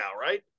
right